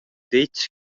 detg